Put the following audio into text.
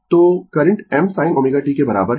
तो current m sin ω t के बराबर है